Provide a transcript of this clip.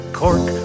cork